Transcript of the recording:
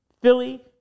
Philly